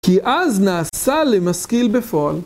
כי אז נעשה למשכיל בפועל.